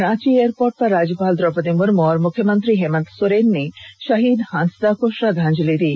Ranchi airport पर राज्यपाल द्रौपदी मुर्मू और मुख्यमंत्री हेमंत सोरेन ने शहीद हांसदा को श्रद्वांजलि दी